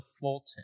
Fulton